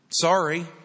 sorry